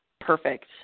Perfect